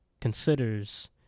considers